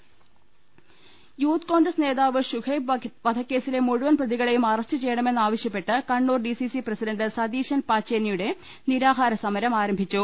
ലലലലലലലലലലലല youth Congress നേതാവ് ഷുഹൈബ് വധക്കേ സിലെ മുഴുവൻ പ്രതികളെയും അറസ്റ്റ് ചെയ്യണമെന്നാ വശ്യപ്പെട്ട് Kannur D CC president Satheesan പാച്ചേനിയുടെ നിരാഹാരസമരം ആരംഭിച്ചു